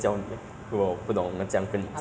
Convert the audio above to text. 然后你按那个 mike